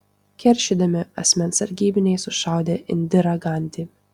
keršydami asmens sargybiniai sušaudė indirą gandi